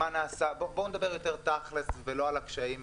מה נעשה בואו נדבר יותר תכלס ולא על הקשיים,